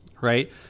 Right